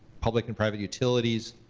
public and private utilities,